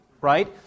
right